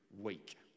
week